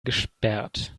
gesperrt